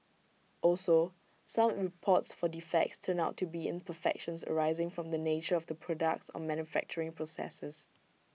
also some reports for defects turned out to be imperfections arising from the nature of the products or manufacturing processes